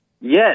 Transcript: Yes